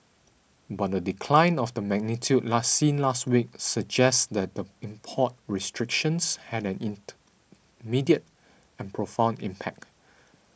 but a decline of the magnitude last seen last week suggests that the import restrictions had an and profound impact